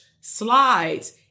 slides